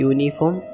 Uniform